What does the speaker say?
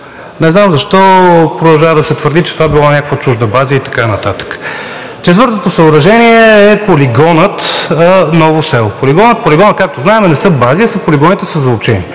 Не знам защо продължава да се твърди, че това било някаква чужда база и така нататък. Четвъртото съоръжение е полигонът Ново село. Полигонът, както знаем, не са бази, а полигоните са за учение